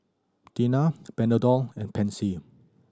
Tena Panadol and Pansy